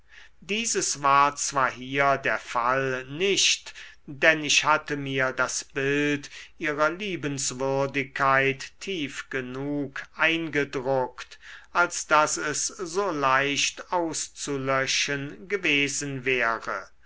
dieses war zwar hier der fall nicht denn ich hatte mir das bild ihrer liebenswürdigkeit tief genug eingedruckt als daß es so leicht auszulöschen gewesen wäre